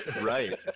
Right